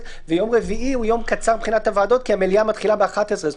ויום רביעי הוא יום קצר מבחינת הוועדות כי המליאה מתחילה ב-11:00 בבוקר.